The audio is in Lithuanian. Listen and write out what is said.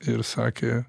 ir sakė